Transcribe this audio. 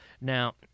Now